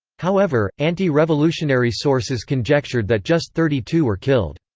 however, anti-revolutionary sources conjectured that just thirty two were killed.